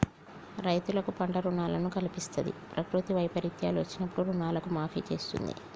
రైతులకు పంట రుణాలను కల్పిస్తంది, ప్రకృతి వైపరీత్యాలు వచ్చినప్పుడు రుణాలను మాఫీ చేస్తుంది